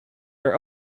are